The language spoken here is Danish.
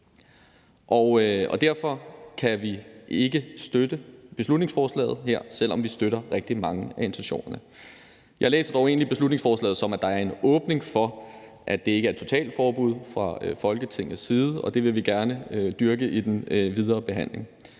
Derfor kan vi ikke støtte beslutningsforslaget her, selv om vi støtter rigtig mange af intentionerne. Jeg læser dog egentlig beslutningsforslaget, som at der er en åbning for, at det ikke er et totalforbud fra Folketingets side, og det vil vi gerne dyrke i den videre behandling.